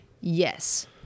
Yes